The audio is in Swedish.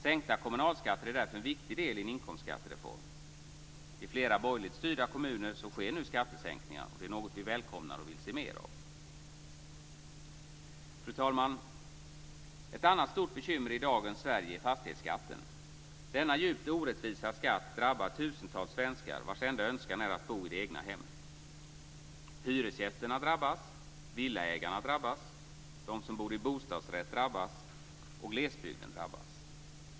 Sänkta kommunalskatter är därför en viktig del i en inkomstskattereform. I flera borgerligt styrda kommuner sker nu skattesänkningar. Det är något vi välkomnar och vill se mer av. Fru talman! Ett annat stort bekymmer i dagens Sverige är fastighetsskatten. Denna djupt orättvisa skatt drabbar tusentals svenskar vars enda önskan är att bo i det egna hemmet. Hyresgästerna drabbas. Villaägarna drabbas. De som bor i bostadsrätt drabbas. Glesbygden drabbas.